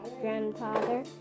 grandfather